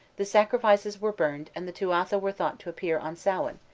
the sacrifices were burned and the tuatha were thought to appear on samhain,